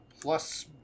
plus